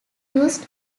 used